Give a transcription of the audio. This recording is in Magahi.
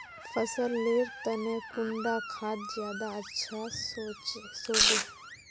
फसल लेर तने कुंडा खाद ज्यादा अच्छा सोबे?